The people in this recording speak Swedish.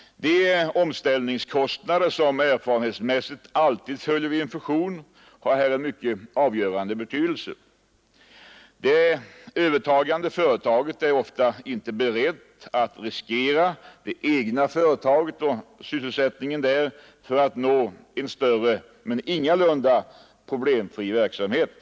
De omställningskostnader som erfarenhetsmässigt alltid följer vid en fusion har här en avgörande betydelse. Det övertagande företaget är ofta inte berett att riskera det egna företaget och sysselsättningen där för att nå en större men ingalunda problemfri verksamhet.